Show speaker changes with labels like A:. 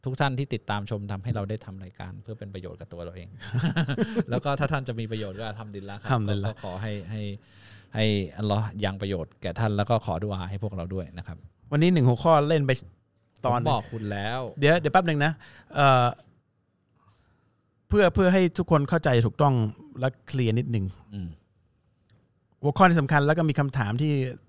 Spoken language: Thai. A: ทุกท่านที่ติดตามชมทำให้เราได้ทำรายการเพื่อเป็นประโยชน์กับตัวเราเอง แล้วก็ถ้าท่านจะมีประโยชน์ก็อัลฮัมดุลิลลาฮ์ครับ
B: อัลฮัมดุลิลลาฮ์
A: ก็ขอให้- ให้- ให้อัลลอฮ์ยังประโยชน์แก่ท่าน แล้วก็ขอดุอาให้พวกเราด้วยนะครับ
B: วันนี้หนึ่งหัวข้อเล่นไปตอนหนึ่ง
A: ผมบอกคุณแล้ว
B: เดี๋ยวเดี๋ยวแป๊บหนึ่งนะ เอ่อ เพื่อ- เพื่อให้ทุกคนเข้าใจถูกต้องและเคลียร์นิดหนึ่ง
A: อืม
B: หัวข้อที่สำคัญแล้วก็มีคำถามที่